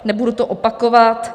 Nebudu to opakovat.